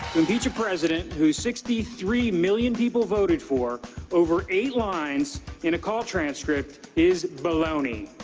impeach a president who sixty three million people voted for over eight lines in a call transcript is baloney.